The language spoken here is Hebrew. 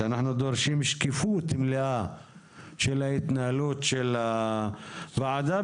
שאנחנו דורשים שקיפות מלאה של ההתנהלות הוועדה,